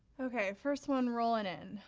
okay, first one rollin' in.